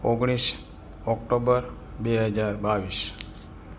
ઓગણીસ ઓક્ટોબર બે હજાર બાવીસ